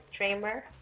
Tramer